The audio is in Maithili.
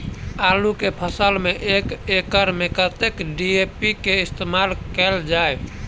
आलु केँ फसल मे एक एकड़ मे कतेक डी.ए.पी केँ इस्तेमाल कैल जाए?